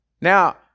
Now